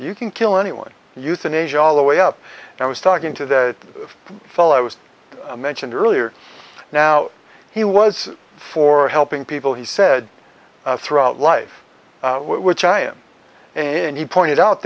you can kill anyone euthanasia all the way up and i was talking to that fellow i was mentioned earlier now he was for helping people he said throughout life which i am and he pointed out